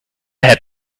had